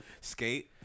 Skate